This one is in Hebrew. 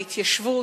ההתיישבות,